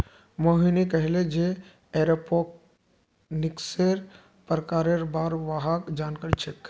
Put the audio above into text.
मोहिनी कहले जे एरोपोनिक्सेर प्रकारेर बार वहाक जानकारी छेक